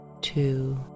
two